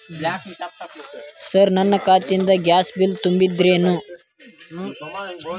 Sir ನನ್ನ ಖಾತೆಯಿಂದ gas bill ತುಂಬಹುದೇನ್ರಿ?